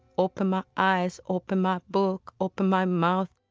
open my eyes open my book open my mouth.